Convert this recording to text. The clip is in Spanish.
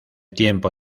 tiempo